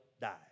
die